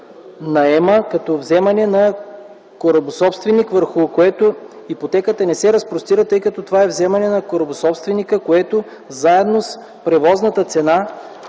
„наема” като вземане на корабособственика, върху което ипотеката не се разпростира, тъй като това е вземане на корабособственика, което заедно с превозната цена